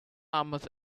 almost